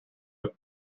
have